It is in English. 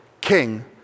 King